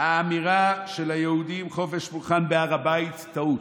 האמירה של היהודים: חופש פולחן בהר הבית, טעות.